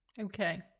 Okay